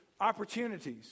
opportunities